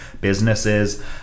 businesses